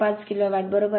5 kilowatt बरोबर